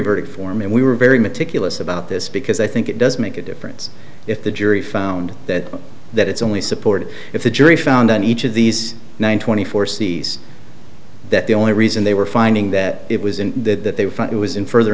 verdict form and we were very meticulous about this because i think it does make a difference if the jury found that that it's only supported if the jury found on each of these one twenty four cities that the only reason they were finding that it was in that that they would find it was in further